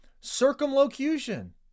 Circumlocution